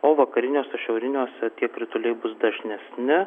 o vakariniuose šiauriniuose tie krituliai bus dažnesni